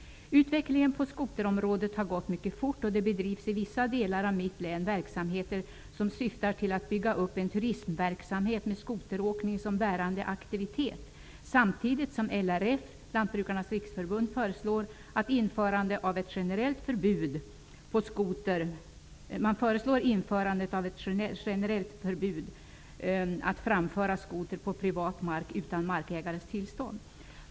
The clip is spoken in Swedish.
Utvecklingen på skoterområdet har gått mycket fort, och det bedrivs i vissa delar av Jämtlands län verksamheter som syftar till att bygga upp en turismverksamhet med skoteråkning som bärande aktivitet, samtidigt som LRF -- Lantbrukarnas riksförbund -- föreslår införande av ett generellt förbud att framföra skoter på privat mark utan markägarens tillstånd.